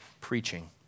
preaching